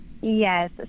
Yes